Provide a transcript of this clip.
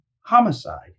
homicide